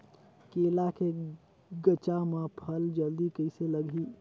केला के गचा मां फल जल्दी कइसे लगही?